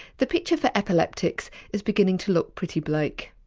the picture for epileptics is beginning to look pretty bleak.